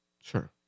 sure